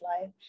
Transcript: life